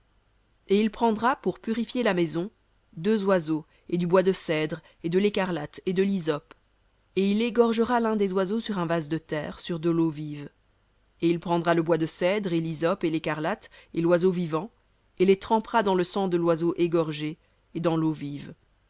et il prendra pour purifier la maison deux oiseaux et du bois de cèdre et de l'écarlate et de lhysope et il égorgera l'un des oiseaux sur un vase de terre sur de l'eau vive et il prendra le bois de cèdre et l'hysope et l'écarlate et l'oiseau vivant et les trempera dans le sang de l'oiseau égorgé et dans l'eau vive